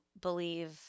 believe